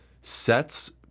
sets